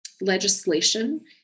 legislation